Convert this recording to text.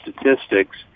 statistics